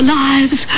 lives